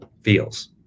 feels